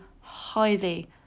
highly